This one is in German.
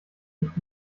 nicht